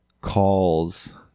calls